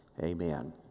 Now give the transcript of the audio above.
Amen